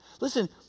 Listen